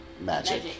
magic